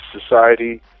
society